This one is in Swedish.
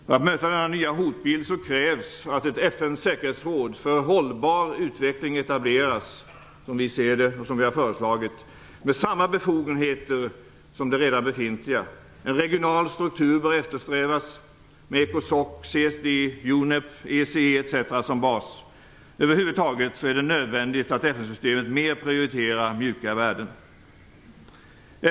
För att möta denna nya hotbild krävs att ett FN:s säkerhetsråd för hållbar utveckling etableras, som vi har föreslagit, med samma befogenheter som det redan befintliga. En regional struktur bör eftersträvas med ECOSOC, CSD, UNEP, EEC osv. som bas. Över huvud taget är det nödvändigt att FN-systemet mer prioriterar "mjuka värden".